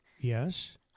Yes